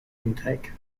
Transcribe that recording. intake